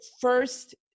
first